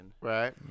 Right